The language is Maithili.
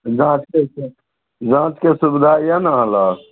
जाँच होइ छै जाँचके सुबिधा यऽ ने अहाँ लग